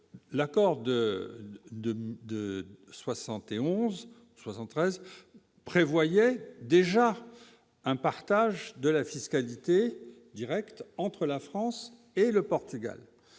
de, de, de 71 73 prévoyait déjà un partage de la fiscalité directe entre la France et le Portugal,